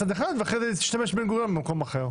מצד אחד, ואחר כך להשתמש בבן גוריון במקום אחר.